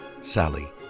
sally